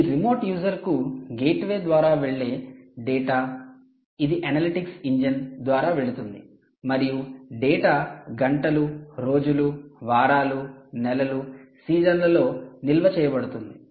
ఈ రిమోట్ యూజర్కు గేట్వే ద్వారా వెళ్లే డేటా ఇది అనలిటిక్స్ ఇంజిన్ ద్వారా వెళుతుంది మరియు డేటా గంటలు రోజులు వారాలు నెలలు సీజన్లలో నిల్వ చేయబడుతుంది